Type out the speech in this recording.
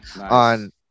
on